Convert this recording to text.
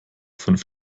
fünf